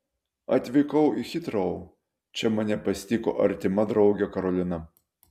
atvykau į hitrou čia mane pasitiko artima draugė karolina